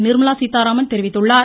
நிர்மலா சீதாராமன் தெரிவித்துள்ளார்